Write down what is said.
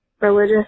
Religious